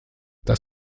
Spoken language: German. das